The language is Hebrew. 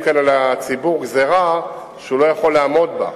כאן על הציבור גזירה שהוא לא יכול לעמוד בה,